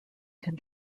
can